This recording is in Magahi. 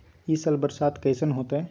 ई साल बरसात कैसन होतय?